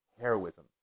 heroism